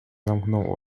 zamknął